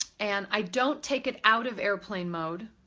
and i don't take it out of airplane mode